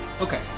Okay